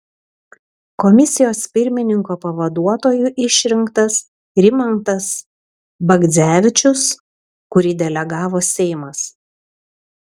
komisijos pirmininko pavaduotoju išrinktas rimantas bagdzevičius kurį delegavo seimas